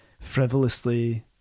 frivolously